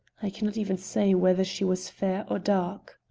i can not even say whether she was fair or dark.